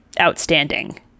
outstanding